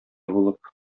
булып